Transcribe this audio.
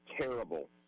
terrible